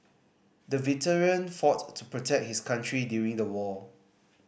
the veteran fought to protect his country during the war